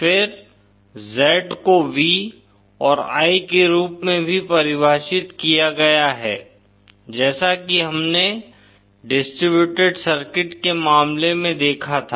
फिर Z को V और I के रूप में भी परिभाषित किया गया है जैसा कि हमने डिस्ट्रिब्यूटेड सर्किट के मामले में देखा था